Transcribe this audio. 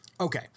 Okay